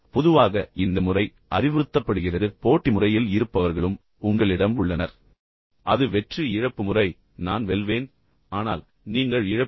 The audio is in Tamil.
பொதுவாக இந்த முறை அறிவுறுத்தப்படுகிறது ஆனால் பின்னர் ஆனால் போட்டி முறையில் இருப்பவர்களும் உங்களிடம் உள்ளனர் அது வெற்றி இழப்பு முறை நான் வெல்வேன் ஆனால் நீங்கள் இழப்பீர்கள்